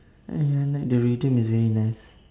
and I like the rhythm is very nice